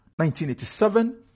1987